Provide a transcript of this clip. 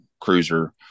cruiser